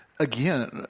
Again